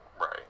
Right